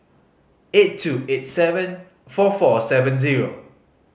eight two eight seven four four seven zero